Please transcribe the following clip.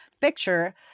picture